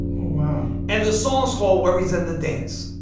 wow and the song's called worries in the dance.